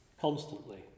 constantly